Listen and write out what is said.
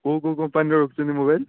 କେଉଁ କେଉଁ କମ୍ପାନୀର ରଖୁଛନ୍ତି ମୋବାଇଲ୍